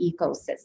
ecosystem